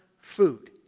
food